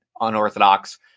unorthodox